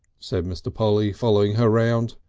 said mr. polly, following her round.